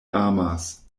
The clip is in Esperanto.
amas